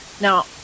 Now